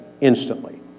instantly